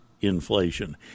inflation